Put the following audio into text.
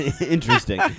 interesting